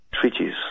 Treaties